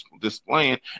displaying